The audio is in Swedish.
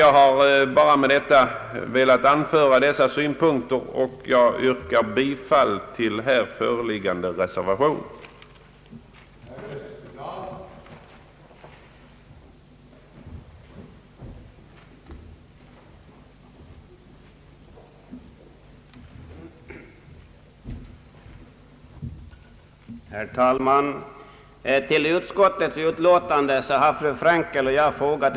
Jag har endast velat anföra dessa synpunkter och jag yrkar bifall till här föreliggande reservation II.